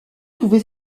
pouvait